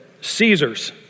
Caesar's